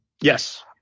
Yes